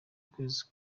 ukwezi